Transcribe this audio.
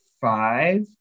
five